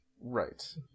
Right